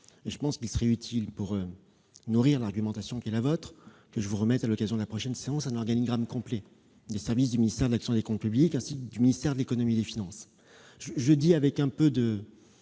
corps. Il serait utile, pour nourrir votre argumentation, que je vous remette, à l'occasion de la prochaine séance, un organigramme complet des services du ministère de l'action et des comptes publics, ainsi que du ministère de l'économie et des finances.